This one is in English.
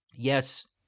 Yes